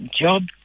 job